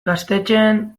gaztetxeen